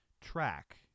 track